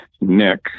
Nick